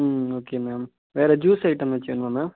ம் okay ma'am வேறு juice item ஏதாச்சும் வேணுமா மேம்